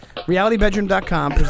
Realitybedroom.com